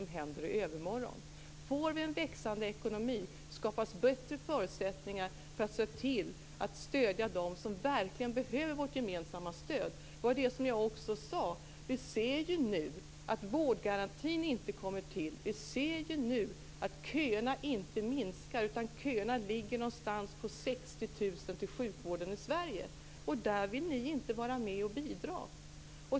Om vi får en växande ekonomi skapas bättre förutsättningar för att se till att stödja dem som verkligen behöver vårt gemensamma stöd. Det var det jag sade. Vi ser nu att vårdgarantin inte kommer till. Vi ser nu att köerna till sjukvården inte minskar utan ligger någonstans på 60 000 i Sverige. Där vill ni inte vara med och bidra.